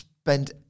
Spend